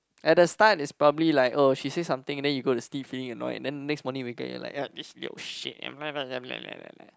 at the start it's probably like oh she say something then you go to sleep feeling annoyed then next morning you wake up you're like this little shit